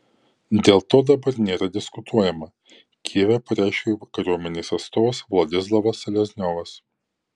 dėl to dabar nėra diskutuojama kijeve pareiškė kariuomenės atstovas vladislavas selezniovas